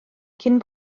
cyn